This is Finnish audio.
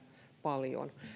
paljon